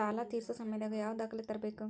ಸಾಲಾ ತೇರ್ಸೋ ಸಮಯದಾಗ ಯಾವ ದಾಖಲೆ ತರ್ಬೇಕು?